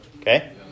Okay